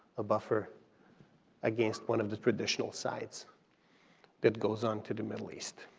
a buffer against one of the traditional sides that goes on to the middle east.